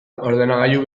ordenagailu